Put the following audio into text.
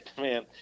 man